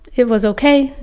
it was ok,